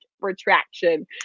retraction